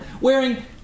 wearing